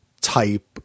type